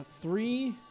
three